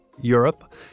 Europe